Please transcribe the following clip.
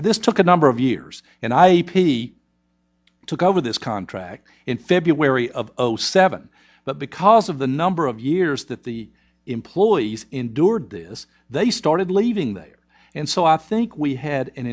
this took a number of years and i he took over this contract in february of zero seven but because of the number of years that the employees endured this they started leaving there and so i think we had an